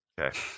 okay